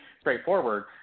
straightforward